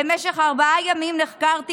אנחנו שוב רואים